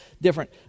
different